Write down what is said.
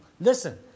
Listen